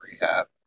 rehab